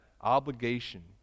obligation